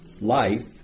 life